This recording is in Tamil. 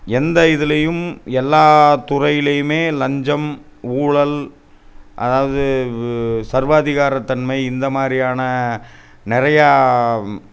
எந்த இதலேயும் எல்லா துறையிலேயுமே லஞ்சம் ஊழல் அதாவது சர்வாதிகார தன்மை இந்தமாதிரியான நிறையா